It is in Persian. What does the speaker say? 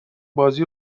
بازی